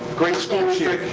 great schools here.